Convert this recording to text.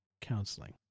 counseling